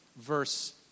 verse